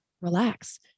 relax